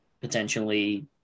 potentially